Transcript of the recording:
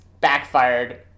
backfired